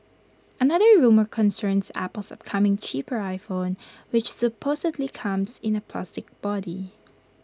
another rumour concerns Apple's upcoming cheaper iPhone which supposedly comes in A plastic body